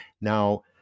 Now